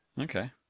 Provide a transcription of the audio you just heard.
Okay